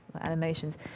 animations